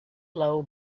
low